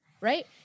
right